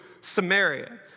Samaria